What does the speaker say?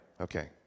Okay